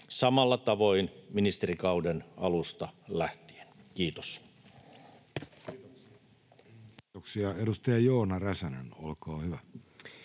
samalla tavoin ministerikauden alusta lähtien. — Kiitos. Kiitoksia. — Edustaja Joona Räsänen, olkaa hyvä.